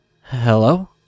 Hello